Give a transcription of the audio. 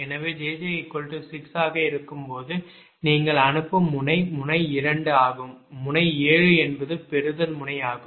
எனவே jj 6 ஆக இருக்கும்போது நீங்கள் அனுப்பும் முனை முனை 2 ஆகவும் முனை 7 என்பது பெறுதல் முனை ஆகும்